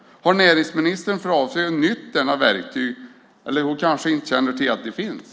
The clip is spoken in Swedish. Har näringsministern för avsikt att nyttja detta verktyg eller känner hon inte till att det finns?